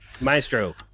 Maestro